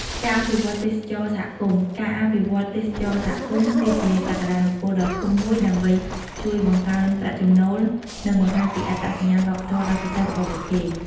ការអភិវឌ្ឍន៍ទេសចរណ៍សហគមន៍ ការអភិវឌ្ឍន៍ទេសចរណ៍សហគមន៍ គឺជាសក្តានុពលដ៏ធំមួយដើម្បីជួយបង្កើនប្រាក់ចំណូល និងបង្ហាញពីអត្តសញ្ញាណវប្បធម៌ដ៏ពិសេសរបស់ពួកគេ។